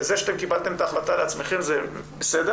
זה שאם קיבלתם את ההחלטה לעצמכם זה בסדר,